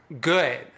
good